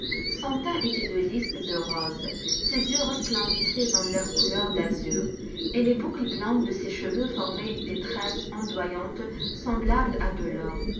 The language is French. son teint était de lis et de rose ses yeux resplendissaient dans leur couleur d'azur et les boucles blondes de ses cheveux formaient des tresses ondoyantes semblables à de l'or